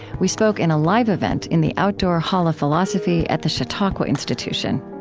we spoke in a live event in the outdoor hall of philosophy at the chautauqua institution